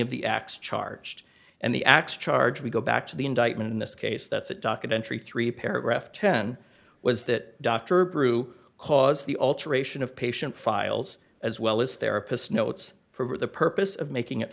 of the acts charged and the acts charged we go back to the indictment in this case that's it documentary three paragraph ten was that dr breaux cause the alteration of patient files as well as therapists notes for the purpose of making it